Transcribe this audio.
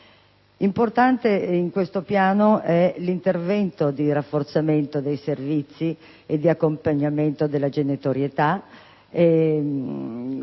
Importante in questo Piano è l'intervento di rafforzamento dei servizi di accompagnamento della genitorialità,